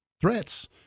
threats